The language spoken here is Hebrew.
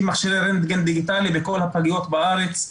מכשירי רנטגן דיגיטלי בכל הפגיות בארץ,